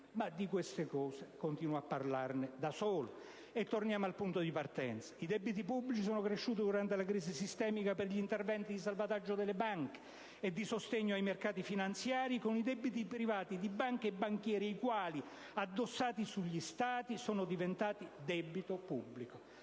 Ma di questi argomenti continuo a parlare da solo. E torniamo al punto di partenza. I debiti pubblici sono cresciuti durante la crisi sistemica per gli interventi di salvataggio delle banche e di sostegno ai mercati finanziari, con i debiti privati di banche e banchieri i quali, addossati sugli Stati, sono diventati debito pubblico.